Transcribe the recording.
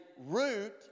root